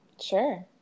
Sure